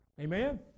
Amen